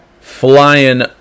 Flying